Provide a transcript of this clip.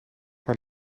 haar